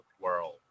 world